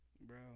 Bro